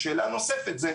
שאלה נוספת היא,